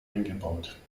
eingebaut